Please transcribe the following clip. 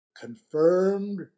confirmed